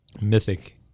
mythic